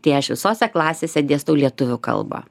tai aš visose klasėse dėstau lietuvių kalbą